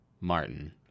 Martin